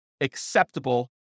acceptable